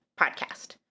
podcast